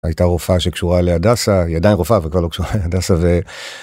הייתה רופאה שקשורה להדסה, היא עדיין רופאה אבל כבר לא קשורה להדסה.